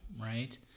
right